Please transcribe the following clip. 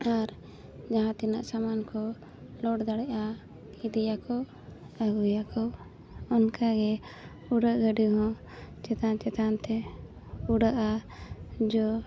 ᱟᱨ ᱡᱟᱦᱟᱸ ᱛᱤᱱᱟᱹᱜ ᱥᱟᱢᱟᱱ ᱠᱚ ᱞᱳᱰ ᱫᱟᱲᱮᱭᱟᱜᱼᱟ ᱤᱫᱤᱭᱟᱠᱚ ᱟᱹᱜᱩᱭᱟᱠᱚ ᱚᱱᱠᱟ ᱜᱮ ᱩᱰᱟᱹᱜ ᱜᱟᱹᱰᱤ ᱦᱚᱸ ᱪᱮᱛᱟᱱ ᱪᱮᱛᱟᱱ ᱛᱮ ᱩᱰᱟᱹᱜᱼᱟ ᱡᱚ